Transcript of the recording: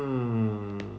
um